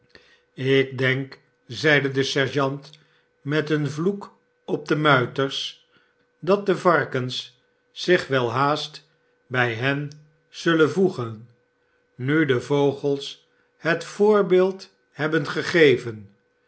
ik denk zeide de sergeant met een vloek op de muiters dat de varkens zich welhaast bij hen zullen voegen nu de vogels het voorbeeld hebben gegeven